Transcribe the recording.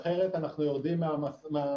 אחרת, אנחנו יורדים מהמדף.